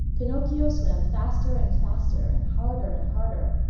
pinocchio swam faster and faster, and harder and harder.